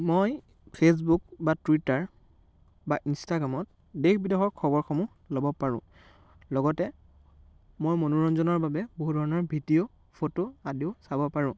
মই ফেচবুক বা টুইটাৰ বা ইনষ্টাগ্ৰামত দেশ বিদেশৰ খবৰসমূহ ল'ব পাৰোঁ লগতে মই মনোৰঞ্জনৰ বাবে বহু ধৰণৰ ভিডিঅ' ফ'টো আদিও চাব পাৰোঁ